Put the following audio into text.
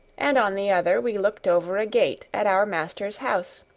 and on the other we looked over a gate at our master's house,